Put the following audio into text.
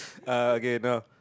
uh okay no